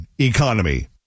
economy